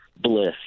bliss